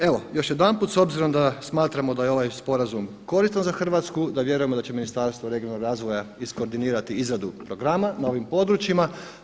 Evo još jedanput, s obzirom da smatramo da je ovaj sporazum koristan za Hrvatsku, da vjerujemo da će Ministarstvo regionalnog razvoja iskoordinirati izradu programa na ovim područjima.